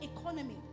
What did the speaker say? economy